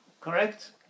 correct